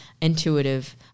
intuitive